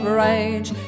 rage